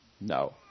No